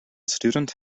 student